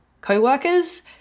coworkers